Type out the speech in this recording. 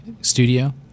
studio